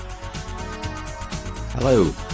hello